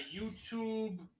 YouTube